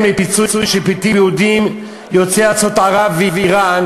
לפיצוי של פליטים יהודים יוצאי ארצות ערב ואיראן,